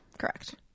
Correct